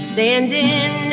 Standing